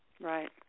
Right